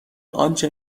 آنچه